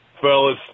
fellas